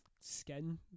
skin